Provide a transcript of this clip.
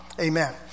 Amen